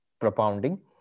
propounding